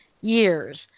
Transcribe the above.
years